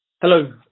Hello